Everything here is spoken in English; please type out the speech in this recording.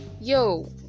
yo